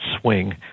swing